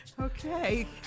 Okay